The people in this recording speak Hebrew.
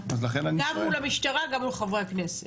גם מול המשטרה וגם מול חברי הכנסת.